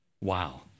Wow